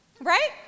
right